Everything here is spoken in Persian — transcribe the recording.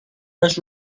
داشت